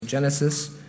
Genesis